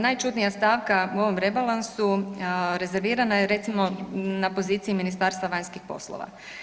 Najčudnija stavka u ovom rebalansu rezervirana je recimo na poziciji Ministarstva vanjskih poslova.